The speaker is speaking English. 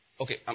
Okay